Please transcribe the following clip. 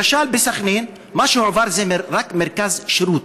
למשל בסח'נין, מה שהועבר זה רק מרכז שירות.